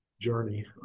journey